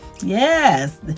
Yes